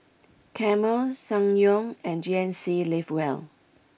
Camel Ssangyong and G N C live well